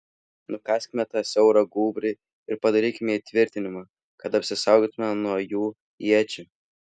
nukaskime tą siaurą gūbrį ir padarykime įtvirtinimą kad apsisaugotumėme nuo jų iečių